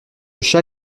chat